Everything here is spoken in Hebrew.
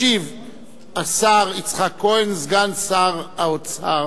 ישיב השר יצחק כהן, סגן שר האוצר.